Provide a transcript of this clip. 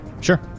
Sure